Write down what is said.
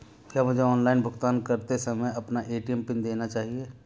क्या मुझे ऑनलाइन भुगतान करते समय अपना ए.टी.एम पिन देना चाहिए?